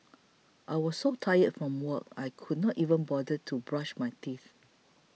I was so tired from work I could not even bother to brush my teeth